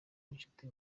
n’inshuti